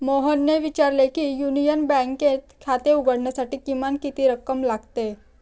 मोहनने विचारले की युनियन बँकेत खाते उघडण्यासाठी किमान किती रक्कम लागते?